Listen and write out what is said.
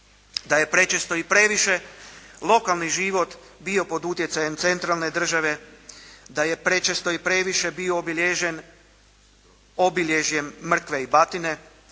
da je prečesto i previše lokalni život bio pod utjecajem centralne države, da je prečesto i previše bio obilježen obilježjem mrkve i batine,